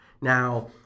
Now